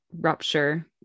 rupture